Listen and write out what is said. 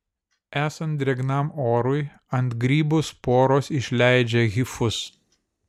esant drėgnam orui ant grybų sporos išleidžia hifus